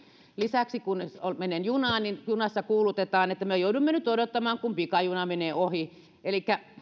lisäksi kun menen junaan niin junassa kuulutetaan että me joudumme nyt odottamaan kun pikajuna menee ohi elikkä